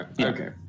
Okay